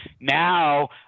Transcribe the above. now